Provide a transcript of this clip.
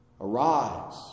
Arise